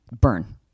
burn